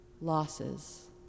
losses